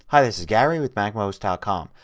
hi this is gary with macmost ah com.